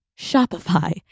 Shopify